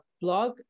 blog